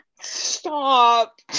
Stop